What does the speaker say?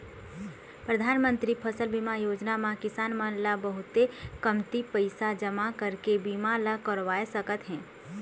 परधानमंतरी फसल बीमा योजना म किसान मन ल बहुते कमती पइसा जमा करके बीमा ल करवा सकत हे